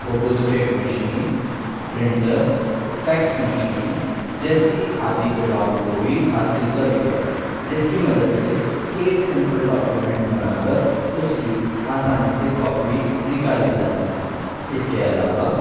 photostat machine printer fax machine جیسی آدی جگہوں کو بھی حاصل کر لیا ہے جس کی مدد سے ایک سمپل ڈاکیومینٹ بنا کر اس کی آسانی سے کاپی نکالی جا سکتی ہیں اس کے علاوہ